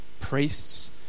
priests